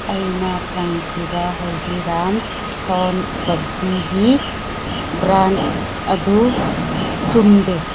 ꯑꯩꯅ ꯐꯪꯈꯤꯕ ꯍꯜꯗꯤꯔꯥꯝꯁ ꯁꯣꯝ ꯄꯞꯗꯤꯒꯤ ꯕ꯭ꯔꯥꯟ ꯑꯗꯨ ꯆꯨꯝꯗꯦ